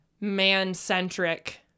man-centric